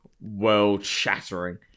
world-shattering